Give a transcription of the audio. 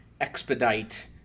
expedite